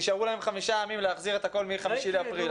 נשארו להם חמישה ימים להחזיר את הכול מ-5 באפריל,